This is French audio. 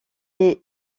est